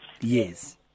Yes